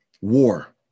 war